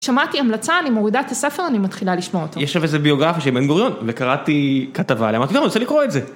שמעתי המלצה, אני מורידה את הספר, אני מתחילה לשמוע אותו. יש עכשיו איזה ביוגרפיה של בן גוריון, וקראתי כתבה עליה, ואמרתי טוב, אני רוצה לקרוא את זה.